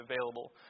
available